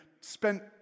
spent